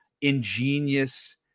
ingenious